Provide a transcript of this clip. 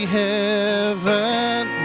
heaven